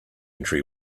entry